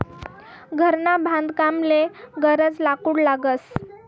घरना बांधकामले गनज लाकूड लागस